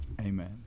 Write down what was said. amen